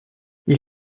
est